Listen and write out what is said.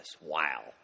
Wow